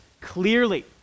clearly